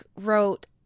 wrote